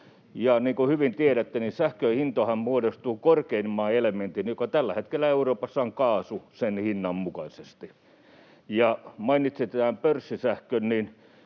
kuin hyvin tiedätte, niin sähkön hintahan muodostuu korkeimman elementin, joka tällä hetkellä Euroopassa on kaasu, hinnan mukaisesti. Mainitsitte tämän pörssisähkön.